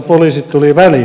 poliisit tulivat väliin